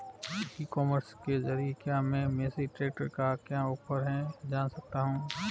ई commerce के ज़रिए क्या मैं मेसी ट्रैक्टर का क्या ऑफर है जान सकता हूँ?